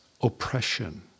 oppression